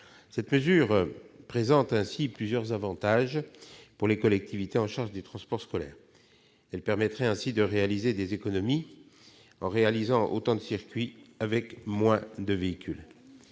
Cette mesure présente plusieurs avantages pour les collectivités en charge du transport scolaire. Elle permettrait de faire des économies en réalisant autant de circuits avec moins de véhicules